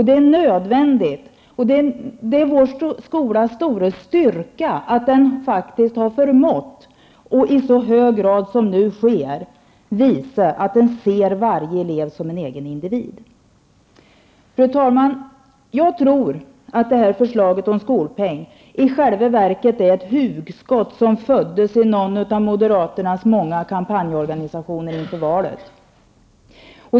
Det är nödvändigt, och det är vår skolas stora styrka att den faktiskt har förmått göra det i så hög grad som nu sker, att skolan visar att den ser varje elev som en egen individ. Fru talman! Jag tror att förslaget om skolpeng i själva verket är ett hugskott som föddes i någon av moderaternas många kampanjorganisationer inför valet.